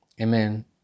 Amen